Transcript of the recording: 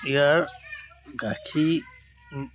ইয়াৰ গাখীৰ